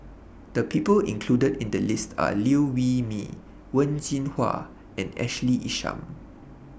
The People included in The list Are Liew Wee Mee Wen Jinhua and Ashley Isham